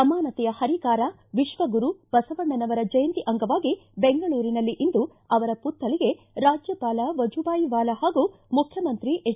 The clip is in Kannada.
ಸಮಾನತೆಯ ಹರಿಕಾರ ವಿಶ್ವಗುರು ಬಸವಣ್ಣನವರ ಜಯಂತಿ ಅಂಗವಾಗಿ ಬೆಂಗಳೂರಿನಲ್ಲಿ ಇಂದು ಅವರ ಪುತ್ವಳಿಗೆ ರಾಜ್ಯಪಾಲ ವಜುಬಾಯಿ ವಾಲಾ ಹಾಗೂ ಮುಖ್ಜಮಂತ್ರಿ ಎಚ್